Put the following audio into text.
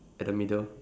at the middle